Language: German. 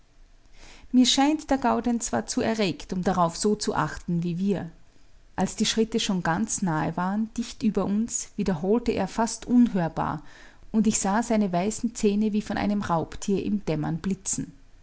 mir scheint der gaudenz war zu erregt um darauf so zu achten wie wir als die schritte schon ganz nahe waren dicht über uns wiederholte er fast unhörbar und ich sah seine weißen zähne wie von einem raubtier im dämmern blitzen